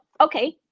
okay